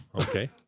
Okay